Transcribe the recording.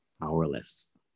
powerless